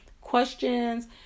questions